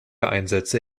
einsätze